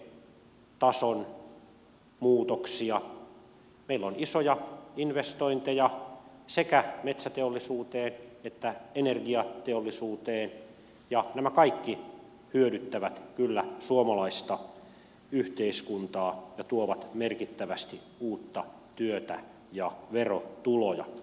meillä on isoja investointeja sekä metsäteollisuuteen että energiateollisuuteen ja nämä kaikki hyödyttävät kyllä suomalaista yhteiskuntaa ja tuovat merkittävästi uutta työtä ja verotuloja